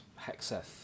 Hexeth